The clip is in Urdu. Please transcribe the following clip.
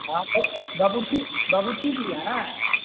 ہاں تو باورچی باورچی بھی لی آئے ہیں